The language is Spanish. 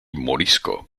morisco